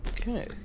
Okay